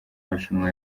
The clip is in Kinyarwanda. marushanwa